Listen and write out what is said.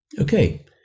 okay